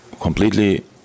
completely